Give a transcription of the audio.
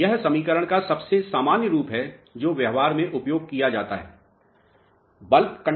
अब यह समीकरण का सबसे सामान्य रूप है जो व्यवहार में उपयोग किया जाता है